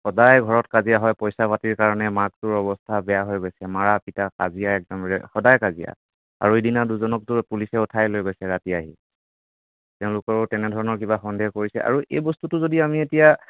সদায় ঘৰত কাজিয়া হয় পইচা পাতিৰ কাৰণে মাকটোৰ অৱস্থা বেয়া হৈ গৈছে মাৰ পিট কাজিয়া একদম সদায় কাজিয়া আৰু এদিনা দুজনকতো পুলিচে উঠাই লৈ গৈছে ৰাতি আহি তেওঁলোকৰো তেনেধৰণৰ কিবা সন্দেহ কৰিছে আৰু এই বস্তুটো যদি আমি এতিয়া